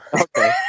Okay